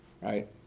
right